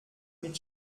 mit